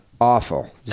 Awful